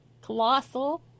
colossal